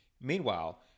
Meanwhile